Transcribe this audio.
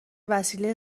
وسیله